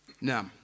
now